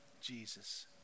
Jesus